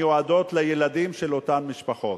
מיועדים לילדים של אותן משפחות.